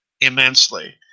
immensely